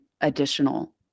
additional